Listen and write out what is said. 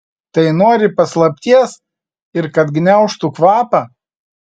tai nori paslapties ir kad gniaužtų kvapą